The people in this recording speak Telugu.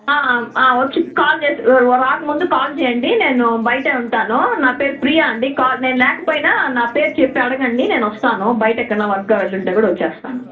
వచ్చి కాల్ చేసే రాకముందు కాల్ చేయండి నేను బయటే ఉంటాను నా పేరు ప్రియ అండి నేను లేకపోయినా నా పేరు చెప్పి అడగండి నేను వస్తాను బయట ఎక్కడైనా వర్క్గా వెళ్ళి ఉంటే కూడా వచ్చేస్తాను